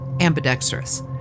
ambidextrous